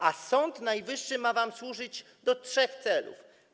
A Sąd Najwyższy ma wam służyć do trzech celów.